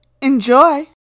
Enjoy